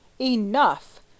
Enough